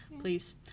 please